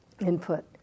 input